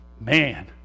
Man